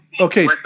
Okay